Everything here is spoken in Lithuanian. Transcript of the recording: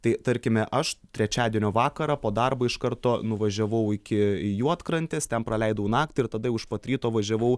tai tarkime aš trečiadienio vakarą po darbo iš karto nuvažiavau iki juodkrantės ten praleidau naktį ir tada jau iš pat ryto važiavau